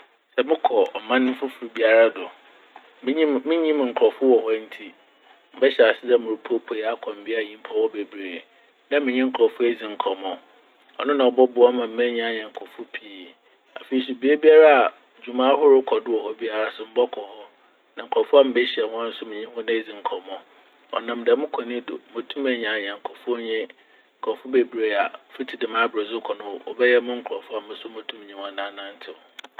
Sɛ mokɔ ɔman fofor biara do, minyim -minnyim nkorɔfo wɔ hɔ ntsi mɛhyɛ ase dɛ moropueipuei akɔ mbeabea nyimpa wɔ hɔ bebree na menye nyimpa edzi nkɔmmɔ. Ɔno na ɔbɔboa ma menya anyɛnkofo pii. Afei so beebiara a dwuma ahorow rokɔ do wɔ hɔ biara so mobɔkɔ hɔ na nkorɔfo a mehyia hɔn so menye hɔn edzi nkɔmmɔ. Ɔnam dɛm kwan yi do motum enya anyɛnkofo nye nkorɔfo bebree a fitsi dɛm aber no dze rokɔ no wɔbɛyɛ mo nkorɔfo a moso motum nye hɔn anantsew.